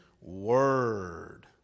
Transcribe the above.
word